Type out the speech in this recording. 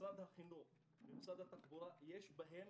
משרדי החינוך והתחבורה, יש בהם